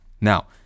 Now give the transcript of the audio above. Now